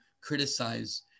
criticize